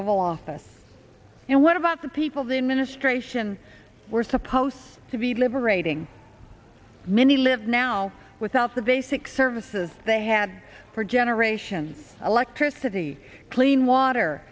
oval office and what about the people the administration we're supposed to be liberating many lives now without the basic services they had for generations electricity clean water